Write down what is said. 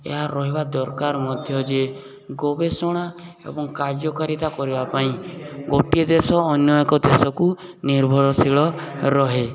ଏହା ରହିବା ଦରକାର ମଧ୍ୟ ଯେ ଗୋବେଷଣା ଏବଂ କାର୍ଯ୍ୟକାରିତା କରିବା ପାଇଁ ଗୋଟିଏ ଦେଶ ଅନ୍ୟ ଏକ ଦେଶକୁ ନିର୍ଭରଶୀଳ ରହେ